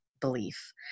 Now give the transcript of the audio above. belief